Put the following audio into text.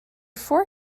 four